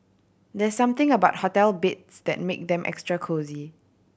there something about hotel beds that make them extra cosy